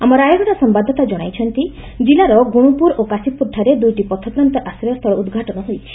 ଆମ ରାୟଗଡା ସମ୍ୟାଦଦାତା ଜଣାଇଛନ୍ତି ଜିଲ୍ଲାର ଗୁଶପୁର ଓ କାଶୀପୁରଠାରେ ଦୁଇଟି ପଥପ୍ରାନ୍ତ ଆଶ୍ରୟସ୍ଥୁଳ ଉଦ୍ଘାଟନ ହୋଇଛି